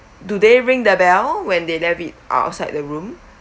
do they ring the bell when they left it outside the room